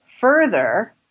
further